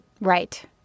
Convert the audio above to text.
Right